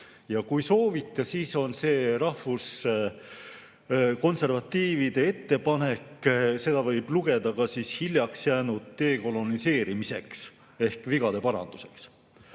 Ja kui soovite, siis võib seda rahvuskonservatiivide ettepanekut lugeda ka hiljaks jäänud dekolonaliseerimiseks ehk vigade paranduseks.